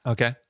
Okay